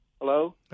Hello